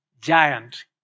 giant